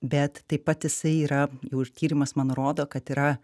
bet taip pat jisai yra jau ir tyrimas man rodo kad yra